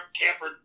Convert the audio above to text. camper